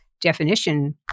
definition